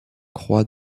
croix